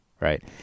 right